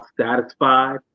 satisfied